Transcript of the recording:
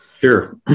Sure